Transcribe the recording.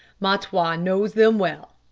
mahtawa knows them well.